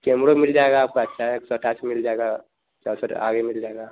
camera मिल जाएगा आपको अच्छा है एक सौ अट्ठाईस में मिल जाएगा चौसठ आगे मिल जाएगा